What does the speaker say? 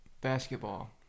Basketball